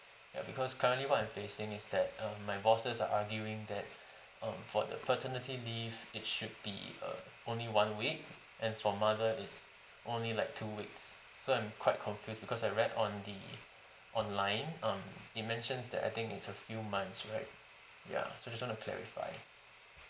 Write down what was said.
yup because currently what I'm facing is that uh my bosses are arguing that um for the paternity leave it should be uh only one week and for mother is only like two weeks so I'm quite confused because I read on the online um it mentions that I think is a few months right ya so just want to clarify